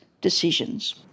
decisions